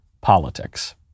politics